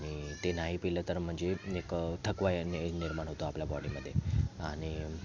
आणि ते नाही प्यायलं तर म्हणजे आणिक थकवा या ने निर्माण होतो आपल्या बॉडीमध्ये आणि